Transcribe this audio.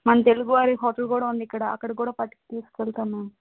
మన తెలుగు వారి హోటల్ కూడా ఉంది ఇక్కడ అక్కడ కూడా తీసుకెళ్తాం మేం